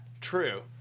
true